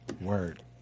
Word